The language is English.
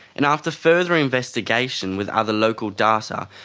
and after further investigation with other local data,